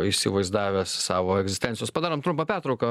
įsivaizdavęs savo egzistencijos padarom trumpą pertrauką